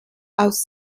aus